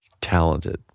talented